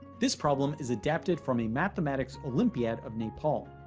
this problem is adapted from the mathematics olympiad of nepal.